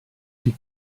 die